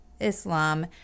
Islam